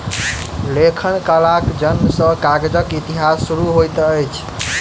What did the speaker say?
लेखन कलाक जनम सॅ कागजक इतिहास शुरू होइत अछि